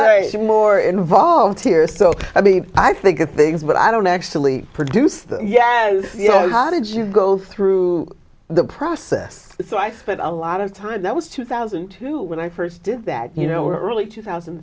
lot more involved here so i mean i think of things but i don't actually produce them yet you know how did you go through the process so i spent a lot of time that was two thousand and two when i first did that you know early two thousand